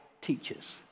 teachers